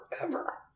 forever